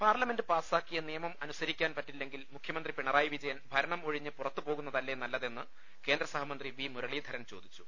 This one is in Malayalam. പാർലമെന്റ് പാസ്സാക്കിയ നിയമം അനുസരിക്കാൻ പറ്റില്ലെങ്കിൽ മുഖ്യമന്ത്രി പിണറായി വിജയൻ ഭരണം ഒഴിഞ്ഞ് പുറത്ത് പോകു ന്നതല്ലെ നല്ലതെന്ന് കേന്ദ്രസഹമന്ത്രി വി മുരളീധരൻ ചോദിച്ചു